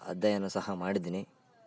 ಅಧ್ಯಯನ ಸಹ ಮಾಡಿದ್ದೀನಿ